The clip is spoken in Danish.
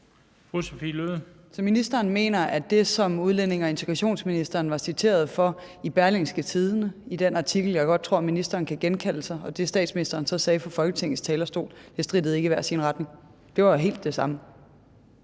ministeren mener, at det, som udlændinge- og integrationsministeren var citeret for i Berlingske i den artikel, jeg godt tror ministeren kan genkalde sig, og det, som statsministeren så sagde fra Folketingets talerstol, ikke strittede i hver sin retning – at det var helt det samme?